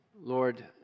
Lord